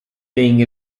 being